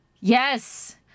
Yes